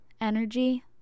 energy